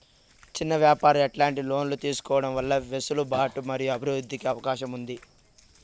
చిన్న వ్యాపారాలు ఎట్లాంటి లోన్లు తీసుకోవడం వల్ల వెసులుబాటు మరియు అభివృద్ధి కి అవకాశం ఉంది?